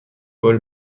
paul